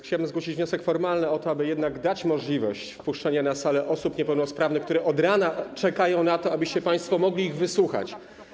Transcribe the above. Chciałem zgłosić wniosek formalny, aby jednak była możliwość wpuszczenia na salę osób niepełnosprawnych, które od rana czekają na to, abyście państwo mogli ich wysłuchać.